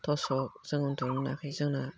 थसब जों उन्दुनो मोनाखै जोंना